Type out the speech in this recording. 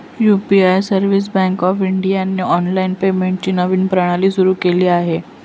UPI reserve bank of इंडियाने online पेमेंटची नवीन प्रणाली सुरू केली आहे